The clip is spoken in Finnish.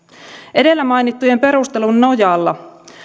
edellä mainittujen perustelujen nojalla